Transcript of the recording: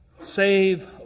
Save